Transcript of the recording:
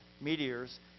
meteors